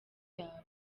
yawe